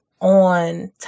On